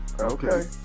Okay